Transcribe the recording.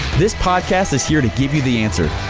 this podcast is here to give you the answer.